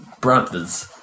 brothers